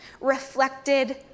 reflected